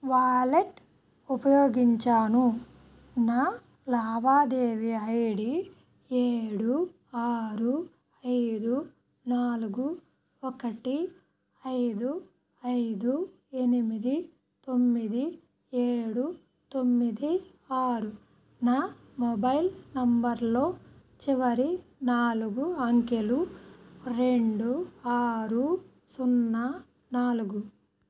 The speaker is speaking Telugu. వాలెట్ ఉపయోగించాను నా లావాదేవీ ఐ డి ఏడు ఆరు ఐదు నాలుగు ఒకటి ఐదు ఐదు ఎనిమిది తొమ్మిది ఏడు తొమ్మిది ఆరు నా మొబైల్ నంబర్లో చివరి నాలుగు అంకెలు రెండు ఆరు సున్నా నాలుగు